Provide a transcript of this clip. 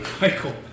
Michael